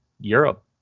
Europe